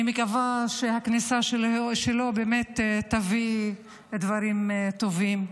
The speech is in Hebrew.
אני מקווה שהכניסה שלו באמת תביא דברים טובים.